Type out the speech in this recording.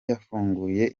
yafunguye